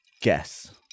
Guess